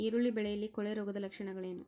ಈರುಳ್ಳಿ ಬೆಳೆಯಲ್ಲಿ ಕೊಳೆರೋಗದ ಲಕ್ಷಣಗಳೇನು?